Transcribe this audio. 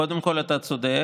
קודם כול, אתה צודק.